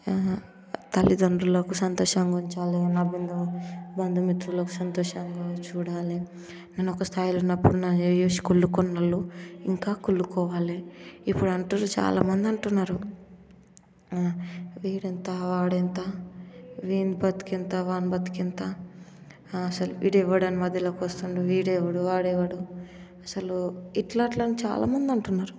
తల్లితండ్రులకు సంతోషంగా ఉంచాలి నా బంధు నా బంధుమిత్రులకు సంతోషంగా చూడాలి నేను ఒక స్థాయిలో ఉన్నప్పుడు నన్ను చూసి కుళ్ళుకున్నోళ్ళు ఇంకా కుళ్ళు కోవాలి ఇప్పుడు అంటున్నారు చాలామంది అంటున్నారు వీడు ఇంత వాడు ఇంత వీని బతుకు ఇంత వాడి బతుకు ఇంతా వీడు ఎవడని మధ్యలోకి వస్తుండు వీడెవడు వాడెవడు అసలు ఇట్లా ఇట్లా అని చాలామంది అంటున్నారు